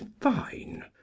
fine